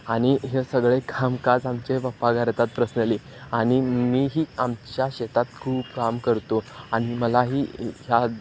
आणि हे सगळे कामकाज आमचे पप्पा करतात पर्सनली आणि मीही आमच्या शेतात खूप काम करतो आणि मलाही ह्या